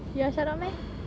you want shut up meh